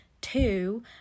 Two